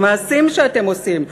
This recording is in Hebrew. המעשים שאתם עושים,